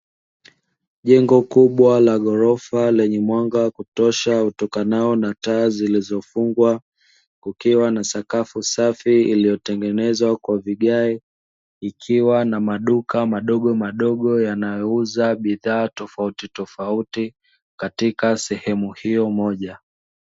Jengo kubwa la ghorofa lenye mwaga wa kutosha utokanao na taa zilizofungwa. Kukiwa na sakafu safi iliyotengenezwa kwa vigae ikiwa na maduka madogomadogo yanayouza bidhaa tofautitofauti katika sehemu hiyo moja.